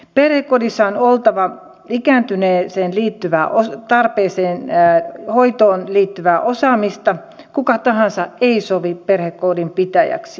perhekodissa on oltava ikääntyneen hoitoon liittyvää osaamista kuka tahansa ei sovi perhekodin pitäjäksi